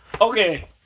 Okay